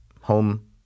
home